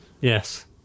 Yes